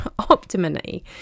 optimally